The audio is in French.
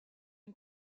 une